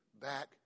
back